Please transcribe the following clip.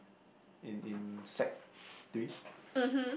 in in sec three